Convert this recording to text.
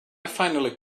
finally